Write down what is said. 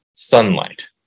Sunlight